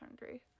hungry